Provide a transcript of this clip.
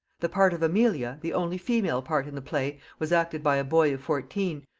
the part of emilia, the only female part in the play, was acted by a boy of fourteen,